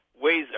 ways